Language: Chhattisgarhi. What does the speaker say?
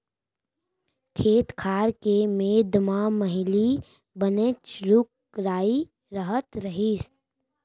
खेत खार के मेढ़ म पहिली बनेच रूख राई रहत रहिस